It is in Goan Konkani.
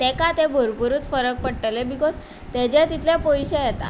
तेका तें भरपुरूच फरक पडटलें बिकोज तेजेय तितले पयशे येता